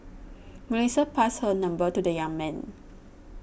Melissa passed her number to the young man